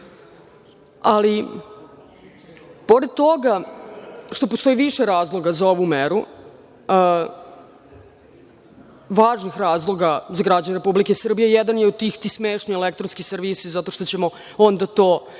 pomoći. Pored toga, postoji više razloga za ovu meru, važnih razloga za građane Republike Srbije, a jedan od tih su ti smešni elektronski servisi zato što ćemo onda to u stvari